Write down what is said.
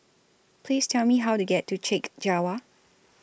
Please Tell Me How to get to Chek Jawa